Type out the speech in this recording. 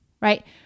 right